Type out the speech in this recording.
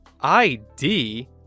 ID